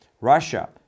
Russia